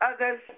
others